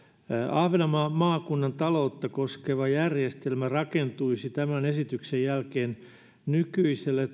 ahvenanmaan maakunnan taloutta koskeva järjestelmä rakentuisi tämän esityksen jälkeen nykyiselle